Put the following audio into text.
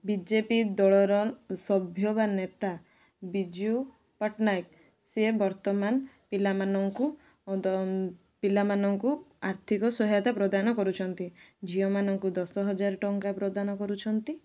ବି J P ଦଳର ସଭ୍ୟ ବା ନେତା ବିଜୁ ପଟ୍ଟନାୟକ ସିଏ ବର୍ତ୍ତମାନ ପିଲାମାନଙ୍କୁ ପିଲାମାନଙ୍କୁ ଆର୍ଥିକ ସହାୟତା ପ୍ରଦାନ କରୁଛନ୍ତି ଝିଅମାନଙ୍କୁ ଦଶ ହଜାର ଟଙ୍କା ପ୍ରଦାନ କରୁଛନ୍ତି